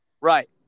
Right